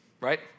right